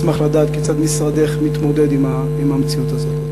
אשמח לדעת כיצד משרדך מתמודד עם המציאות הזאת.